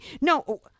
No